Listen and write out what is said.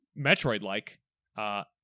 Metroid-like